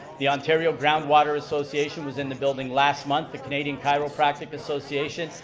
the ontario ground water association was in the building last month the canadian chiropractic association.